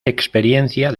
experiencia